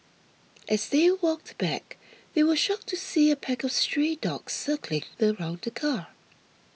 as they walked back they were shocked to see a pack of stray dogs circling around the car